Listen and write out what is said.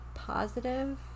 Positive